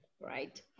right